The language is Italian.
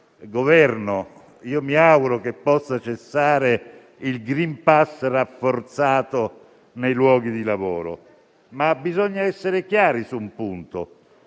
Governo che io mi auguro che possa cessare il *green pass* rafforzato nei luoghi di lavoro. Tuttavia, bisogna essere chiari su un punto: